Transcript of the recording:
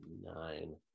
Nine